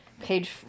page